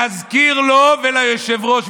להזכיר לו וליושב-ראש,